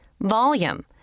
Volume